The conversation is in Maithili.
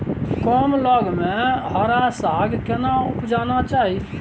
कम लग में हरा साग केना उपजाना चाही?